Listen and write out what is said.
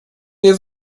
nie